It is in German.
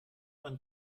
man